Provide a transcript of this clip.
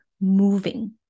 moving